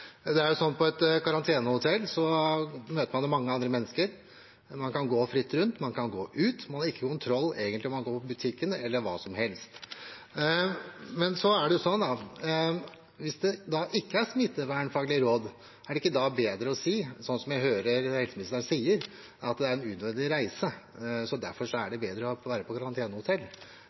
På et karantenehotell møter man jo mange andre mennesker. Man kan gå fritt rundt, man kan gå ut, man har egentlig ikke noen kontroll på om man går på butikken eller hva som helst. Men hvis det da ikke er smittevernfaglige råd, er det ikke da bedre å si, sånn som jeg hører helseministeren gjøre, at det er en unødvendig reise, så derfor er det bedre å være på